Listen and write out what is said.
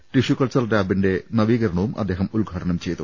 tissue culture ലാബിന്റെ നവീകരണവും അദ്ദേഹം ഉദ്ഘാടനം ചെയ്തു